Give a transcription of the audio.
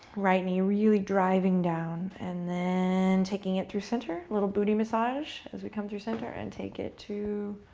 right knee really driving down and then taking it through center. a little booty massage as we come through center, and take it to